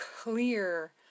clear